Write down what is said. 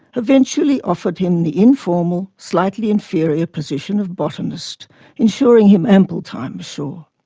eventually offered him the informal, slightly inferior, position of botanist ensuring him ample time ashore.